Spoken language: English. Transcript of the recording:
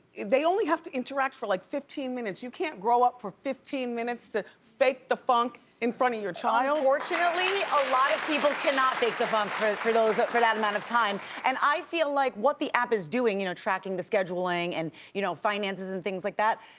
they only have to interact for like fifteen minutes. you can't grow up for fifteen minutes to fake the funk in front of you child? unfortunately a lot of people cannot fake the funk for you know that for that amount of time, and i feel like what the app is doing, you know tracking the scheduling and you know finances and things like that,